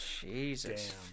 Jesus